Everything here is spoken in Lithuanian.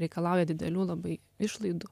reikalauja didelių labai išlaidų